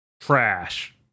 trash